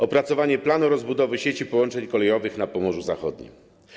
Opracowanie planu rozbudowy sieci połączeń kolejowych na Pomorzu Zachodnim.